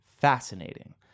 fascinating